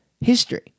history